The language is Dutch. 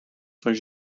van